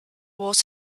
was